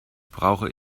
brauche